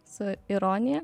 su ironija